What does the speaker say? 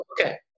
Okay